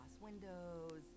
windows